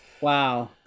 Wow